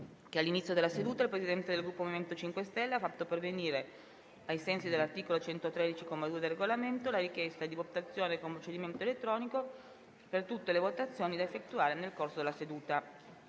all'inizio della seduta il Presidente del Gruppo MoVimento 5 Stelle ha fatto pervenire, ai sensi dell'articolo 113, comma 2, del Regolamento, la richiesta di votazione con procedimento elettronico per tutte le votazioni da effettuare nel corso della seduta.